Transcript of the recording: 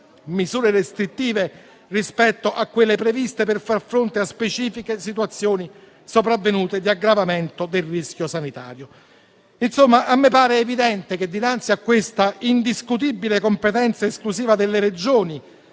misure restrittive rispetto a quelle previste, per far fronte a sopravvenute situazioni specifiche di aggravamento del rischio sanitario. Insomma, a me pare evidente che, dinanzi a questa indiscutibile competenza esclusiva delle Regioni